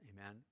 Amen